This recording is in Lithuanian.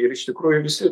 ir iš tikrųjų visi